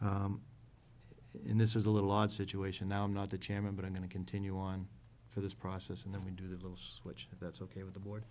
in this is a little odd situation now i'm not the chairman but i'm going to continue on for this process and if we do the little switch that's ok with the board